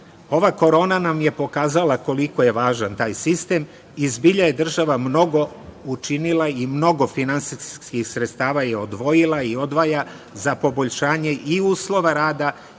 ova korona nam je pokazala koliko je važan taj sistem i zbilja je država mnogo učinila i mnogo finansijskih sredstava je odvojila i odvaja za poboljšanje i uslova rada